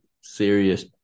serious